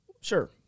sure